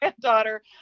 granddaughter